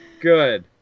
good